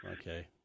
Okay